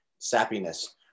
sappiness